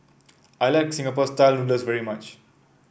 I Like Singapore style noodles very much